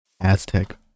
Aztec